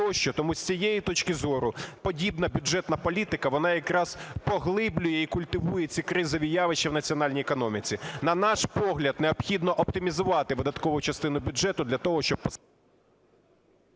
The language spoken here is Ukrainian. тому з цієї точки зору подібна бюджетна політика, вона якраз поглиблює і культивує ці кризові явища в національній економіці. На наш погляд необхідно оптимізувати видаткову частину бюджету для того, щоб…